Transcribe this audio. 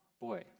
boy